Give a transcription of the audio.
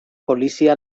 polizia